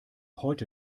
heute